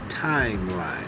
timeline